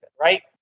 right